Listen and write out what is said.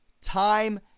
time